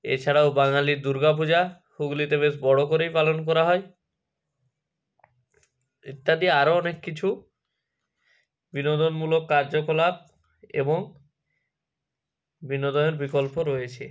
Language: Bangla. এছাড়াও বাঙালির দুর্গা পূজা হুগলিতে বেশ বড়ো করেই পালন করা হয় ইত্যাদি আরো অনেক কিছু বিনোদনমূলক কার্যকলাপ এবং বিনোদনের বিকল্প রয়েছে